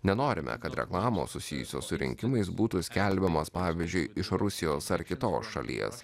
nenorime kad reklamos susijusios su rinkimais būtų skelbiamos pavyzdžiui iš rusijos ar kitos šalies